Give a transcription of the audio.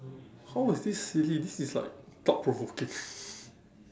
how is this silly this is like thought provoking